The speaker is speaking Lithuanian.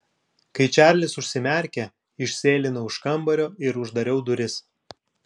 kai čarlis užsimerkė išsėlinau iš kambario ir uždariau duris